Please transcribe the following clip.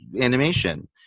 animation